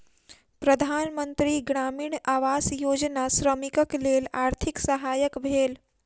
प्रधान मंत्री ग्रामीण आवास योजना श्रमिकक लेल आर्थिक सहायक भेल